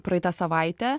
praeitą savaitę